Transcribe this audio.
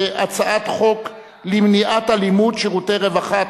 הצעת חוק למניעת אלימות (שירותי רווחה),